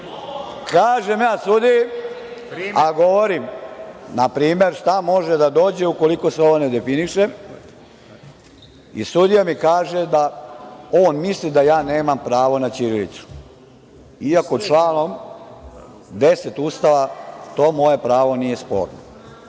Kažem ja sudiji, a govorim npr. šta može da dođe ukoliko se ovo ne definiše, i sudija mi kaže da on misli da ja nemam pravo na ćirilicu, iako članom 10. Ustava to moje pravo nije sporno.